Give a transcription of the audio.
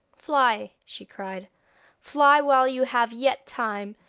fly, she cried fly while you have yet time,